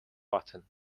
button